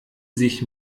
sich